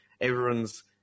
everyone's